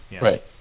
right